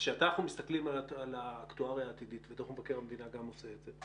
כשאנחנו מסתכלים על האקטואריה הטבעית ודוח מבקר המדינה גם עושה את זה,